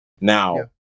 Now